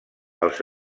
els